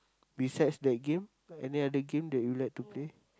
besides that game any other game that you like to play